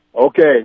okay